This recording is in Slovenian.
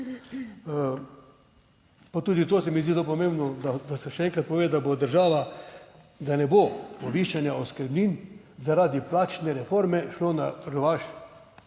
Pa tudi to se mi zdi zelo pomembno, da se še enkrat pove, da bo država, da ne bo povišanja oskrbnin zaradi plačne reforme šlo na rovaš